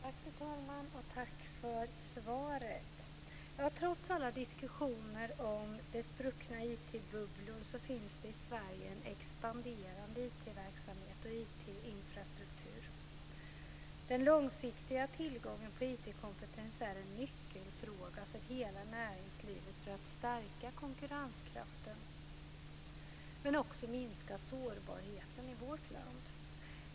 Fru talman! Tack för svaret. Trots alla diskussioner om spruckna IT-bubblor finns det i Sverige en expanderande IT-verksamhet och IT-infrastruktur. Den långsiktiga tillgången på IT-kompetens är en nyckelfråga för hela näringslivet för att stärka konkurrenskraften och minska sårbarheten i vårt land.